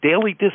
Daily